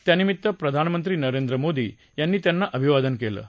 त्यानिमित्त प्रधानमंत्री नरेंद्र मोदी यांनी त्यांना अभिवादन केलं आहे